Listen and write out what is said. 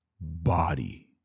body